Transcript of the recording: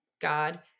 God